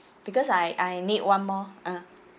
because I I need one more ah